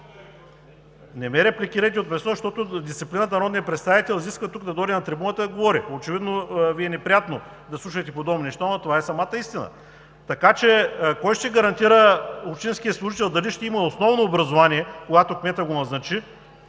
Не ме репликирайте от място, защото дисциплината на народния представител изисква да дойде тук на трибуната и да говори. Очевидно Ви е неприятно да слушате подобни неща, но това е самата истина. Така че кой ще гарантира общинският служител дали ще има основно образование, когато кметът го назначи,